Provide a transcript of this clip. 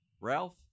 Ralph